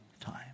time